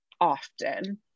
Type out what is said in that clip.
often